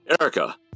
Erica